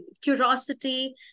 curiosity